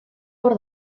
hor